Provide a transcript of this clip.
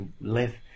live